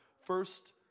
first